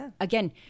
again